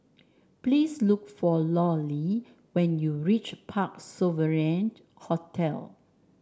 please look for Lollie when you reach Parc Sovereign Hotel